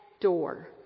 door